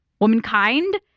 womankind